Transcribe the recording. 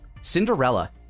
Cinderella